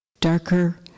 darker